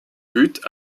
but